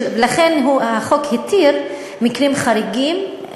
לכן החוק התיר מקרים חריגים,